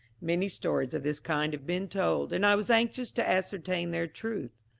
many stories of this kind have been told, and i was anxious to ascertain their truth.